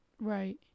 Right